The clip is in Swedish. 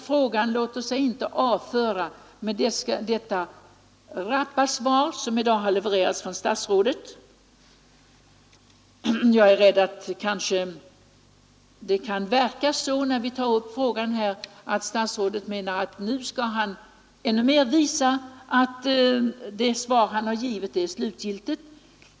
Frågan låter sig inte avföra med det rappa svar som i dag levererades från statsrådet. När vi nu tar upp frågan här verkar det som om statsrådet menar att nu skall han ännu mera visa att det svar han givit är slutgiltigt.